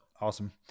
Awesome